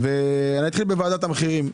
אני אתחיל בוועדת המחירים.